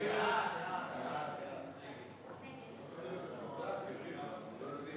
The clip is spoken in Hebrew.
ההשגה השנייה של חברי הכנסת אורי